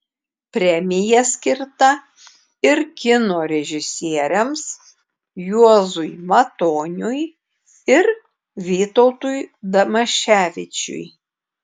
premija skirta ir kino režisieriams juozui matoniui ir vytautui damaševičiui